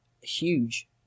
huge